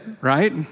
right